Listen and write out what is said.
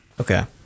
Okay